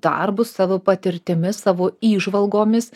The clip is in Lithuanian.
darbu savo patirtimi savo įžvalgomis